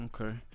Okay